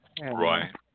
Right